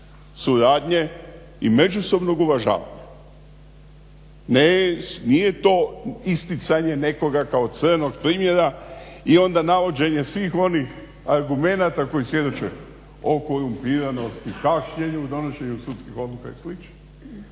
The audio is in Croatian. suradnje i međusobnog uvažavanja. Nije to isticanje nekoga kao crnog primjera i onda navođenje svih onih argumenata koji svjedoče o korumpiranosti, kašnjenju, donošenju sudskih odluka i